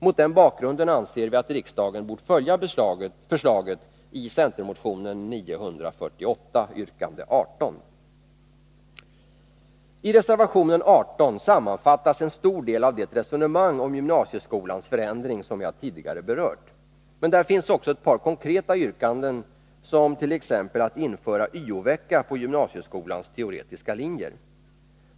Mot den bakgrunden anser vi att riksdagen bort följa förslaget i centermotionen 948, yrkande 18. I reservation 18 sammanfattas en stor del av det resonemang om gymnasieskolans förändring som jag tidigare berört. Men där finns också ett par konkreta yrkanden, t.ex. att införa s.k. YO-vecka på gymnasieskolans teoretiska linjer.